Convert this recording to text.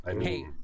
hey